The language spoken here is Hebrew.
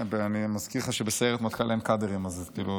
אני מזכיר לך שבסיירת מטכ"ל אין קאדרים, אז כאילו